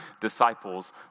disciples